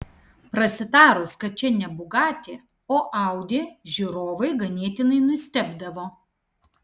prasitarus kad čia ne bugatti o audi žiūrovai ganėtinai nustebdavo